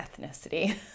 ethnicity